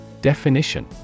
Definition